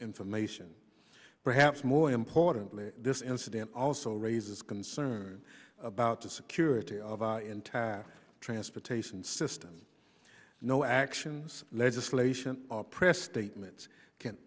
information perhaps more importantly this incident also raises concerns about the security of our entire transportation system no actions legislation or press statements can